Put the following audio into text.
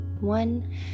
one